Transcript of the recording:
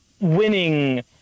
winning